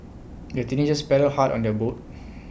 the teenagers paddled hard on their boat